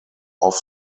off